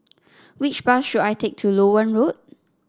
which bus should I take to Loewen Road